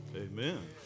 Amen